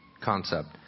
concept